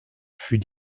fut